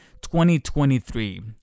2023